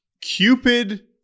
Cupid